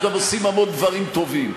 אנחנו גם עושים המון דברים טובים.